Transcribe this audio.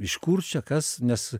iš kur čia kas nes